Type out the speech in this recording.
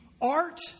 art